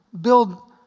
build